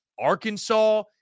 Arkansas